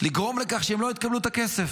לגרום לכך שהם לא יקבלו את הכסף.